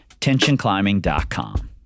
Tensionclimbing.com